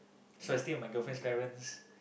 so I stay at my girlfriend parents